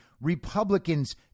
Republicans